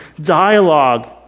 dialogue